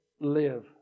live